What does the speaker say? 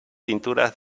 pinturas